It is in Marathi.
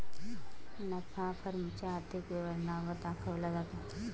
नफा फर्म च्या आर्थिक विवरणा वर दाखवला जातो